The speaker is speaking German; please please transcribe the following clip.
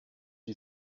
die